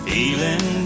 Feeling